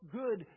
good